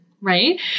Right